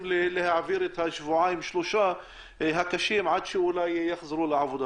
להעביר את הימים הקרובים הקשים עד שיחזרו לעבודה,